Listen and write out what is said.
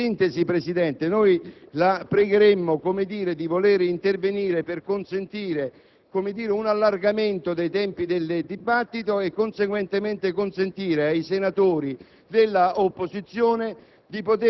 In sintesi, signor Presidente, la pregheremmo di voler intervenire per consentire un allargamento dei tempi del dibattito e conseguentemente consentire ai senatori dell'opposizione